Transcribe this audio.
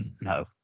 No